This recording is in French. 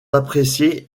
appréciées